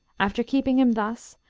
after keeping him thus,